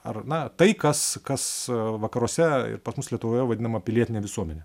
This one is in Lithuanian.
ar na tai kas kas vakaruose ir pas mus lietuvoje vadinama pilietine visuomene